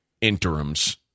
interims